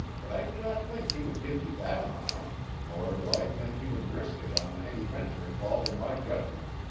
but i do not think he would give you that amount, nor do i think he would risk it on any venture involving my judgment.